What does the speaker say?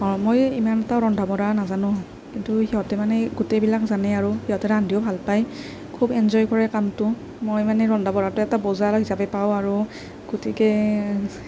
মই ইমান এটা ৰন্ধা বঢ়া নাজানোঁ কিন্তু সিহঁতে মানে গোটেইবিলাক জানে আৰু সিহঁতে ৰান্ধিও ভাল পায় খুব এনজয় কৰে কামটো মই মানে ৰন্ধা বঢ়াটো এটা বোজা হিচাপে পাওঁ আৰু গতিকে